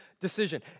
decision